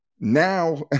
Now